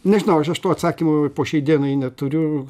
nežinau aš aš to atsakymo po šiai dienai neturiu